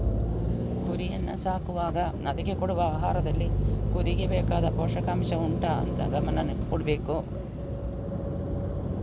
ಕುರಿಯನ್ನ ಸಾಕುವಾಗ ಅದ್ಕೆ ಕೊಡುವ ಆಹಾರದಲ್ಲಿ ಕುರಿಗೆ ಬೇಕಾದ ಪೋಷಕಾಂಷ ಉಂಟಾ ಅಂತ ಗಮನ ಕೊಡ್ಬೇಕು